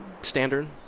standard